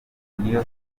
niyo